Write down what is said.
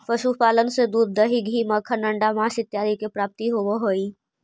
पशुपालन से दूध, दही, घी, मक्खन, अण्डा, माँस इत्यादि के प्राप्ति होवऽ हइ